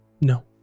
no